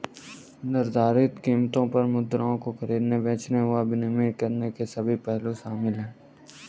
निर्धारित कीमतों पर मुद्राओं को खरीदने, बेचने और विनिमय करने के सभी पहलू शामिल हैं